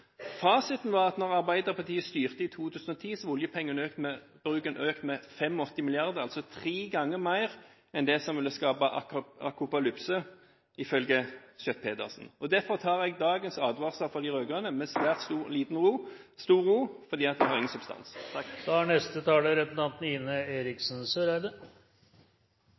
Fasiten var at da Arbeiderpartiet styrte i 2010, var oljepengebruken økt med 85 mrd. kr – altså tre ganger mer enn det som ifølge Schjøtt-Pedersen ville skape apokalypse. Derfor tar jeg dagens advarsel fra de rød-grønne med svært stor ro, for den har ingen substans. Neste taler er representanten Ine M. Eriksen Søreide,